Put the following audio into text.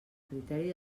criteri